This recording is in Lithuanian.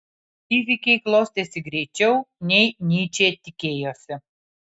įvykiai klostėsi greičiau nei nyčė tikėjosi